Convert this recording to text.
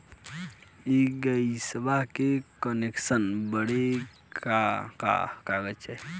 इ गइसवा के कनेक्सन बड़े का का कागज चाही?